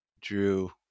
drew